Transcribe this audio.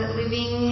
living